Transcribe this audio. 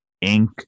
ink